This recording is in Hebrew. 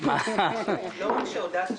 מר ישי וקנין.